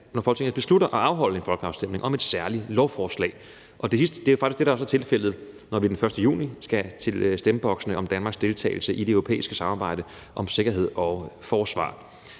er det sidste her – at afholde en folkeafstemning om et særligt lovforslag. Det sidste er jo så faktisk det, der er tilfældet, når vi den 1. juni skal til stemmeboksene om Danmarks deltagelse i det europæiske samarbejde om sikkerhed og forsvar.